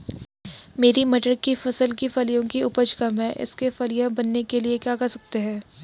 मेरी मटर की फसल की फलियों की उपज कम है इसके फलियां बनने के लिए क्या कर सकते हैं?